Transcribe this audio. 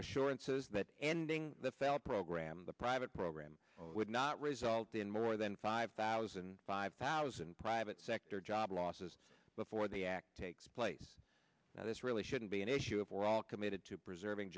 says that ending the felt program the private program would not result in more than five thousand five thousand private sector job losses before the act takes place this really shouldn't be an issue if we're all committed to preserving